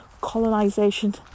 colonization